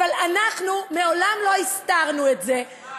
אבל אנחנו מעולם לא הסתרנו את זה, הזמן.